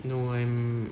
no I'm